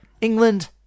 England